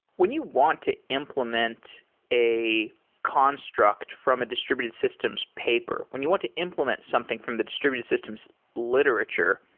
when you want to implement a construct from a distributed systems paper, when you want to implement something from the distributed systems literature.